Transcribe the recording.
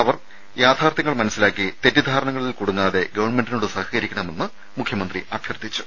അവർ യാഥാർത്ഥ്യങ്ങൾ മനസ്സിലാക്കി തെറ്റിദ്ധാരണകളിൽ കുടുങ്ങാതെ ഗവൺമെന്റിനോട് സഹകരിക്കണമെന്ന് മുഖ്യമന്ത്രി അഭ്യർത്ഥിച്ചു